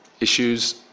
issues